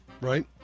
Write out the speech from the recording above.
right